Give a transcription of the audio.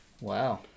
Wow